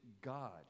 god